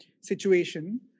situation